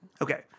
Okay